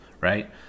right